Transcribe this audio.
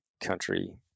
country